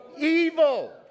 evil